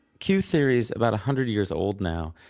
queue theory is about a hundred years old now.